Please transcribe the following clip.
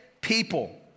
people